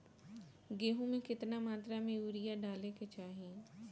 गेहूँ में केतना मात्रा में यूरिया डाले के चाही?